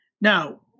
Now